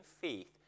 faith